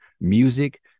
music